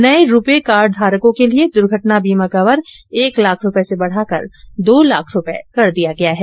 नये RuPay card धारकों के लिए दूर्घटना बीमा कवर एक लाख रुपये से बढ़ाकर दो लाख रुपये कर दिया गया है